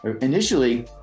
initially